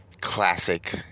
Classic